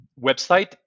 website